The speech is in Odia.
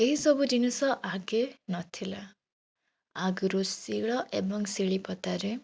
ଏଇସବୁ ଜିନିଷ ଆଗେ ନଥିଲା ଆଗରୁ ଶିଳ ଏବଂ ଶିଳିପତାରେ